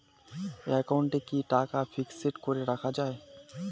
একাউন্টে কি টাকা ফিক্সড করে রাখা যায়?